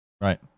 Right